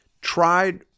tried